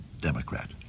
Democrat